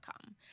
come